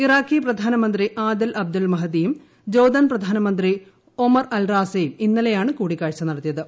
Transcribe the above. Iraqi പ്രധാനമന്ത്രി Adel Abdul മഹ്ദിയും Jordan പ്രധാനമന്ത്രി ഒമർ അൽറാസയും ഇന്നലെയാണ് കൂടിക്കാഴ്ച നടത്തിയത്